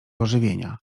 ożywienia